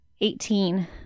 Eighteen